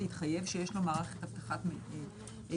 להתחייב שיש לו מערכת הבטחת איכות.